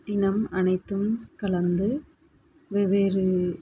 இனம் அனைத்தும் கலந்து வெவ்வேறு